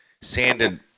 sanded